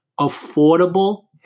affordable